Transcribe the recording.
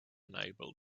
unable